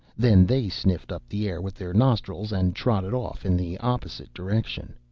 then they sniffed up the air with their nostrils, and trotted off in the opposite direction.